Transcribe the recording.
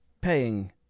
paying